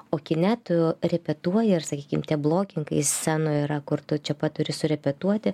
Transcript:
o kine tu repetuoji ir sakykim tie blokingai scenoj yra kur tu čia pat turi surepetuoti